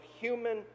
human